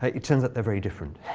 ah it turns out they're very different.